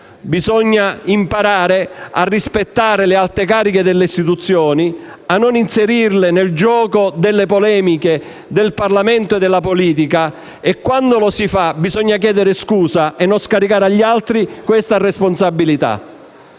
bisogna imparare a rispettare le alte cariche delle istituzioni, a non inserirle nel gioco delle polemiche del Parlamento e della politica e, quando lo si fa, bisogna chiedere scusa e non scaricare agli altri questa responsabilità.